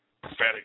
prophetic